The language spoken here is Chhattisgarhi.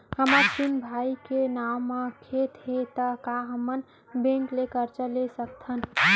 हमर तीन भाई के नाव म खेत हे त का हमन बैंक ले करजा ले सकथन?